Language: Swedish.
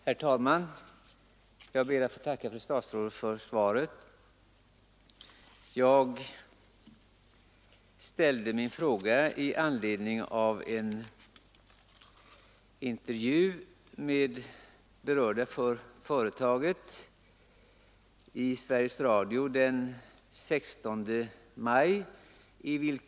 Herr talman! Jag ber att få tacka fru statsrådet för svaret. Jag ställde min fråga i anledning av ett programinslag om det berörda företaget i Sveriges Radio den 16 maj.